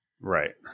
Right